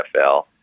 NFL